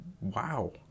Wow